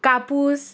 कापूस